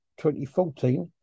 2014